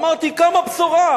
אמרתי: קמה בשורה.